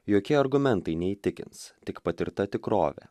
jokie argumentai neįtikins tik patirta tikrovė